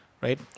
right